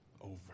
over